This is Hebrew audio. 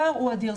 הפער הוא אדיר.